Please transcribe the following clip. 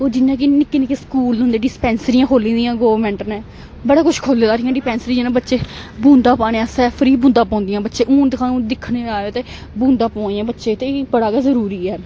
ओह् जियां कि निक्के निक्के स्कूल न होंदे डिस्पैंसरियां खोह्ली दियां गौरमेंट ने बड़ा कुछ खोल्ले दा हियां डिस्पैंसरियां बच्चे बूंदा पाने आस्तै फ्री बूंदा पौंदियां बच्चे हून दि हन दिक्खने गी आए ते बूंदाां पोआ द बच्चे ते एह् बड़ा गै जरूरी ऐ